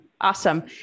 Awesome